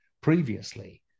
previously